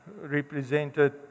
represented